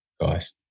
Guys